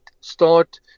start